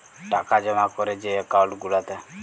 টাকা জমা ক্যরে যে একাউল্ট গুলাতে